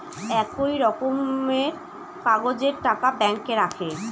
একই রকমের কাগজের টাকা ব্যাঙ্কে রাখে